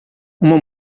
uma